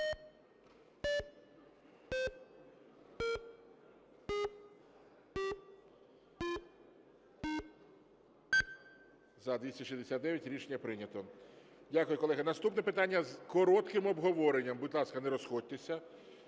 За-269 Рішення прийнято. Дякую, колеги. Наступне питання з коротким обговоренням, будь ласка, не розходьтеся,